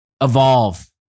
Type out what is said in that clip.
Evolve